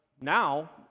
now